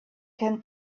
can